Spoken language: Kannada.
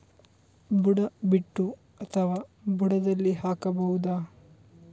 ಬುಡ ಬಿಟ್ಟು ಅಥವಾ ಬುಡದಲ್ಲಿ ಹಾಕಬಹುದಾ?